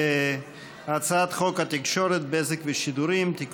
הצעת חוק התקשורת (בזק ושידורים) (תיקון,